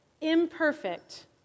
imperfect